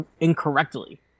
incorrectly